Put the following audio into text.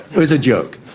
it was a joke.